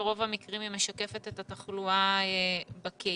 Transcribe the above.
ברוב המקרים היא משקפת את התחלואה בקהילה,